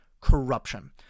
corruption